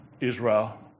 Israel